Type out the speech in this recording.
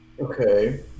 Okay